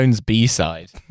B-side